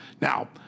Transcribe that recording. Now